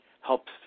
helps